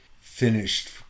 finished